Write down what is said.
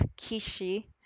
Kishi